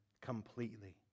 completely